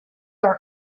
are